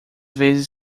vezes